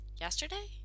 yesterday